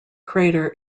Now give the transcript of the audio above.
crater